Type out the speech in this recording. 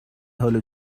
حال